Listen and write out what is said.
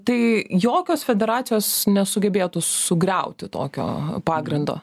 tai jokios federacijos nesugebėtų sugriauti tokio pagrindo